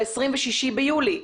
ב-26 ביולי.